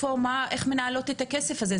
איך מנהלות את הכסף הזה?